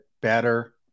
better